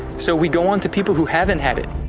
so we go on to people who haven't had it.